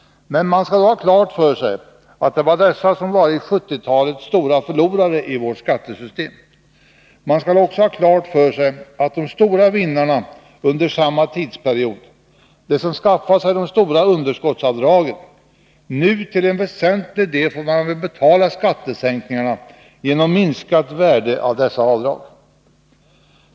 Men man skall då ha klart för sig att det är dessa som varit 1970-talets stora förlorare i vårt skattesystem. Man skall också ha klart för sig att de stora vinnarna under samma tidsperiod, de som skaffat sig de stora underskottsavdragen, nu till en väsentlig del får vara med och betala skattesänkningarna genom minskat värde av dessa avdrag.